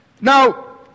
Now